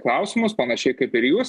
klausimus panašiai kaip ir jūs